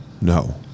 No